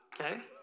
Okay